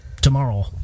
tomorrow